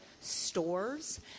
stores